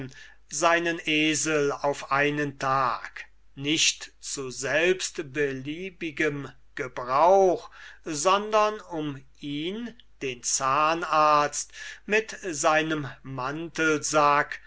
seinen esel auf einen tag nicht zu selbst beliebigem gebrauch sondern um ihn den zahnarzt mit seinem